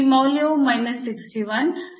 ಇಲ್ಲಿ ಮೌಲ್ಯವು 61